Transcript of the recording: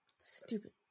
Stupid